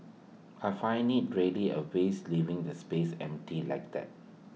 I find IT really A waste leaving the space empty like that